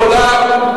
יכולה,